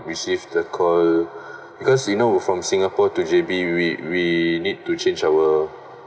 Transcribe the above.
received the call because you know from singapore to J_B we we need to change our